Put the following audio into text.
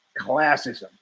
classism